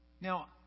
Now